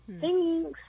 Thanks